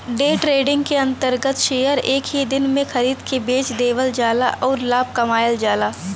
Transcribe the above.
day trading के अंतर्गत share एक ही दिन में खरीद के बेच देवल जाला आउर लाभ कमायल जाला